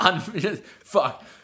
Fuck